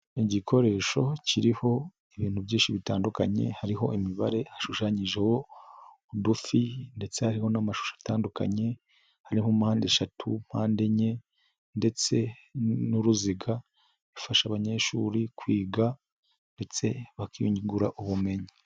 Igikoresho kiriho ibintu byinshi bitandukanye hariho imibare, hashushanyijeho udufi ndetse hari n'amashusho atandukanye, hari mpande eshatu, mpande enye ndetse n'uruziga, bifasha abanyeshuri kwiga ndetse bakiyungura ubumenyi.